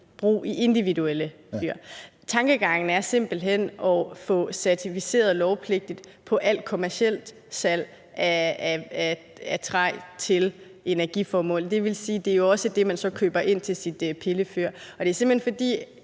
brug i individuelle fyr. Tankegangen er simpelt hen at få gjort certificering lovpligtigt i forhold til alt kommercielt salg af træ til energiformål. Det vil sige, at det jo også er det, man så køber ind til sit pillefyr. Baggrunden for